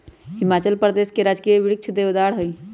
हिमाचल प्रदेश के राजकीय वृक्ष देवदार हई